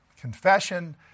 Confession